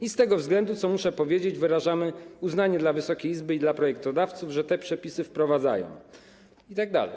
I z tego względu, co muszę powiedzieć, wyrażamy uznanie dla Wysokiej Izby i dla projektodawców, że te przepisy wprowadzają - itd.